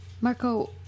Marco